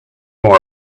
more